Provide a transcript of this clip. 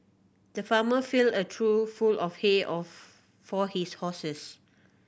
the farmer filled a trough full of hay of for his horses